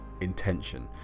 intention